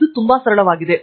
ಇದು ತುಂಬಾ ಸರಳವಾಗಿದೆ